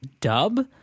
dub